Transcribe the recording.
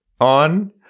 on